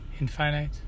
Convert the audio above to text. infinite